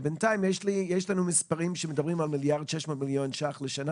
בינתיים יש לנו מספרים שמדברים על 1,600,000,000 ₪ לשנה,